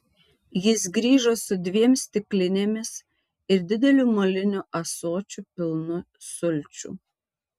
jis grįžo su dviem stiklinėmis ir dideliu moliniu ąsočiu pilnu sulčių